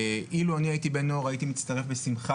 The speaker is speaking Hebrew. לו הייתי בן נוער הייתי מצטרף בשמחה